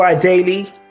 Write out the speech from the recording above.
Daily